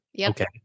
Okay